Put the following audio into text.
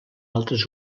altres